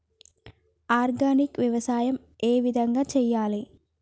Organic వ్యవసాయం ఏ విధంగా చేయాలి?